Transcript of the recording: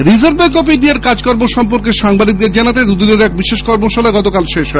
reserve bank of ইন্ডিয়ার কাজকর্ম সম্পর্কে সাংবাদিকদের জানাতে দুদিনের বিশেষ কর্মশালা গতকাল শেষ হয়েছে